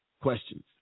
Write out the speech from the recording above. questions